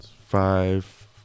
Five